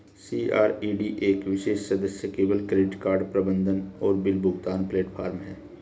CRED एक विशेष सदस्य केवल क्रेडिट कार्ड प्रबंधन और बिल भुगतान प्लेटफ़ॉर्म है